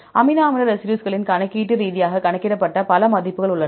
amino அமில ரெசிடியூஸ்களில் கணக்கீட்டு ரீதியாக கணக்கிடப்பட்ட பல மதிப்புகள் உள்ளன